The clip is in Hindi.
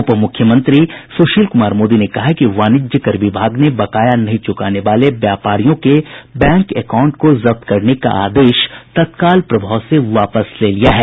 उपमुख्यमंत्री सुशील कुमार मोदी ने कहा है कि वाणिज्य कर विभाग ने बकाया नहीं चुकाने वाले व्यापारियों के बैंक एकाउंट को जब्त करने का आदेश तत्काल प्रभाव से वापस ले लिया है